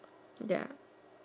ya